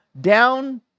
down